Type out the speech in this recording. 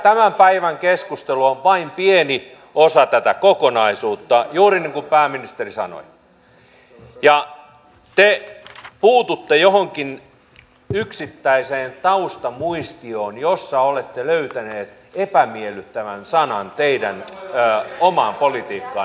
tämän päivän keskustelu on vain pieni osa tätä kokonaisuutta juuri niin kuin pääministeri sanoi ja te puututte johonkin yksittäiseen taustamuistioon josta olette löytäneet epämiellyttävän sanan teidän omaan politiikkaanne nähden